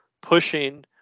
pushing